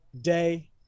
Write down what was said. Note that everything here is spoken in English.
day